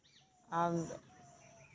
ᱟᱨ